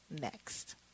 next